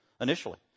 initially